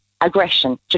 Aggression